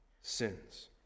sins